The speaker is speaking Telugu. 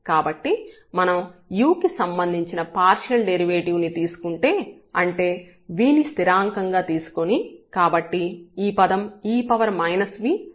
కాబట్టి మనం u కి సంబంధించిన పార్షియల్ డెరివేటివ్ ని తీసుకుంటే అంటే v ని స్థిరాంకం గా తీసుకొని కాబట్టి ఈ పదం e v స్థిరాంకం గా పరిగణించబడుతుంది